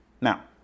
Now